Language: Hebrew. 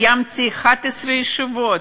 קיימתי 11 ישיבות,